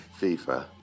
FIFA